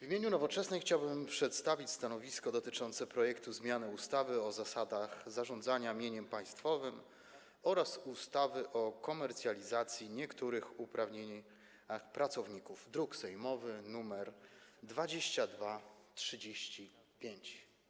W imieniu Nowoczesnej chciałbym przedstawić stanowisko dotyczące projektu zmiany ustawy o zasadach zarządzania mieniem państwowym oraz ustawy o komercjalizacji i niektórych uprawnieniach pracowników, druk sejmowy nr 2235.